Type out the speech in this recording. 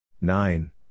Nine